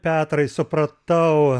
petrai supratau